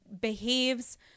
behaves